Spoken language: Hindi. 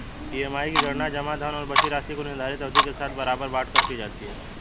ई.एम.आई की गणना जमा धन और बची राशि को निर्धारित अवधि के साथ बराबर बाँट कर की जाती है